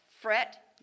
fret